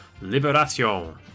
Liberation